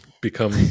become